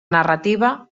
narrativa